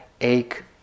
ache